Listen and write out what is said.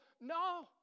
No